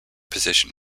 position